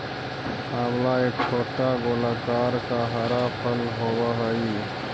आंवला एक छोटा गोलाकार का हरा फल होवअ हई